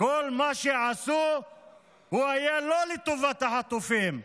כל מה שעשו היה לא לטובת החטופים,